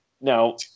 now